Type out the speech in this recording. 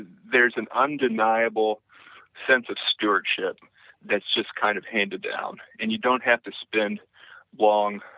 there is an undeniable sense of stewardship that's just kind of handed down, and you don't have to spend long,